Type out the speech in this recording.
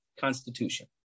constitution